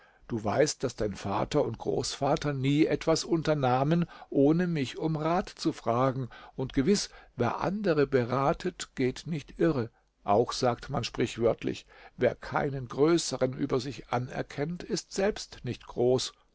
du weißt daß dein vater und großvater nie etwas unternahmen ohne mich um rat zu fragen und gewiß wer andere beratet geht nicht irre auch sagt man sprichwörtlich wer keinen größeren über sich anerkennt ist selbst nicht groß